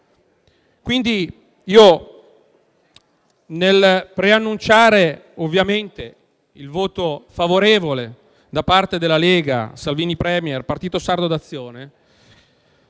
modo. Nel preannunciare, ovviamente, il voto favorevole da parte della Lega-Salvini *premier*-Partito Sardo d'Azione,